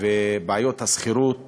ובעיות בשכירות